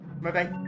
bye-bye